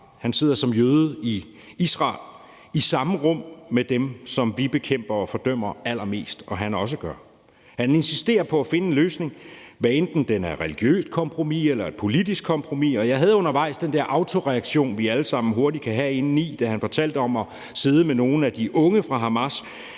Han sidder som jøde i Israel i samme rum med dem, som vi bekæmper og fordømmer allermest, og som han også gør. Han insisterer på at finde en løsning, hvad enten den er et religiøst kompromis eller et politisk kompromis. Jeg havde undervejs den der automatreaktion, vi alle sammen hurtigt kan have indeni, da han fortalte om at sidde med nogle af de unge fra Hamas,